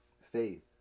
faith